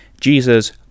Jesus